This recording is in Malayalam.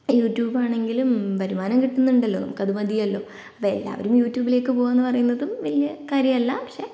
യൂട്യൂബ് ആണെങ്കിലും വരുമാനം കിട്ടുന്നുണ്ടല്ലോ നമുക്ക് അത് മതിയല്ലോ അപ്പോൾ എല്ലാവരും യൂട്യൂബിലേക്ക് പോവുക എന്ന് പറയുന്നതും വലിയ കാര്യമല്ല പക്ഷേ